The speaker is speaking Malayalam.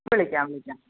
വിളിക്കാം വിളിക്കാം